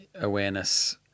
awareness